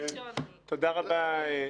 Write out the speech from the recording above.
תודה רבה,